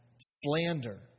slander